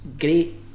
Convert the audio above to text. great